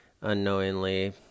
unknowingly